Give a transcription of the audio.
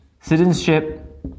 citizenship